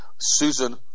Susan